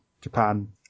Japan